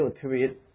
period